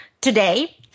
Today